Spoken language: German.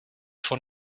von